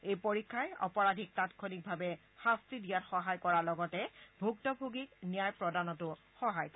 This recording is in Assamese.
এই পৰীক্ষাই অপৰাধীক তাৎক্ষণিকভাৱে শাস্তি দিয়াত সহায় কৰাৰ লগতে ভুক্তভোগীক ন্যায় প্ৰদানতো সহায় কৰিব